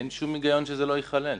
אין שום היגיון שזה לא ייכלל.